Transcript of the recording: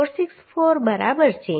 464 બરાબર છે